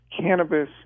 Cannabis